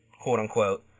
quote-unquote